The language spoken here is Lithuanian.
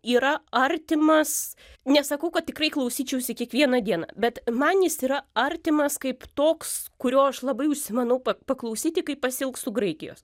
yra artimas nesakau kad tikrai klausyčiausi kiekvieną dieną bet man jis yra artimas kaip toks kurio aš labai užsimanau paklausyti kaip pasiilgstu graikijos